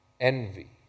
envy